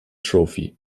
trophy